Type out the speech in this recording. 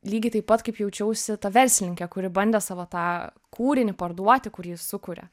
lygiai taip pat kaip jaučiausi ta verslininke kuri bandė savo tą kūrinį parduoti kurį sukuria